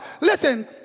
Listen